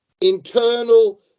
internal